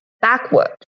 backward